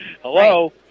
hello